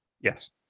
Yes